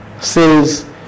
says